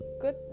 Good